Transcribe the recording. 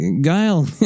Guile